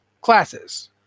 classes